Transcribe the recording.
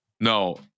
No